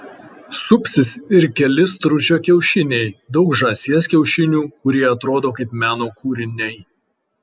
supsis ir keli stručio kiaušiniai daug žąsies kiaušinių kurie atrodo kaip meno kūriniai